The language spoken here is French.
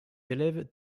élèves